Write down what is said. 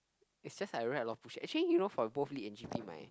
it's just that I write a lot of bullshit actually you know for both Lit and g_p my